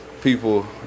people